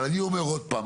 אבל אני אומר עוד פעם,